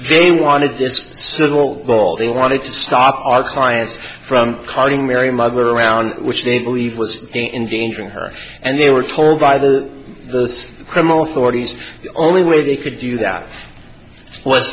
they wanted this civil goal they wanted to stop our clients from carting mary mother around which they believe was in danger in her and they were told by the the criminal forty's the only way they could do that